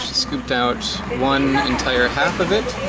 scooped out one entire half of it